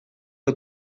eta